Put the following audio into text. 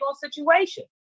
situation